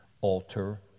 alter